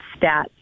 stats